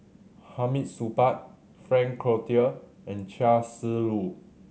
Hamid Supaat Frank Cloutier and Chia Shi Lu